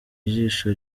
ijisho